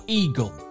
eagle